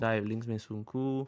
taip linksniai sunku